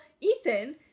Ethan